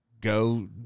Go